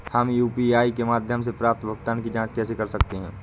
हम यू.पी.आई के माध्यम से प्राप्त भुगतान की जॉंच कैसे कर सकते हैं?